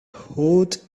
hood